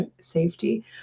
safety